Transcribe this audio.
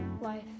Life